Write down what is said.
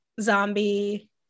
zombie